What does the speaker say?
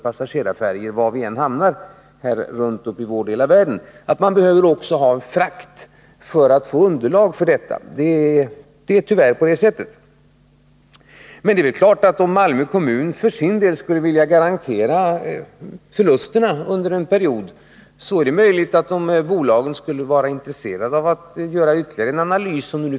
Var man än hamnar i vår del av världen är det tyvärr så att alla typer av större passagerarfärjor också behöver ha frakt för att få tillräckligt underlag för trafiken. Om Malmö kommun för sin del skulle vilja garantera förlusterna under en period, är det möjligt att bolagen skulle kunna vara intresserade av att göra ytterligare en analys.